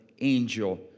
angel